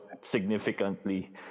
significantly